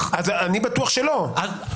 משווה ואני לא שמה בקבוצה אחת הורים עצמאים,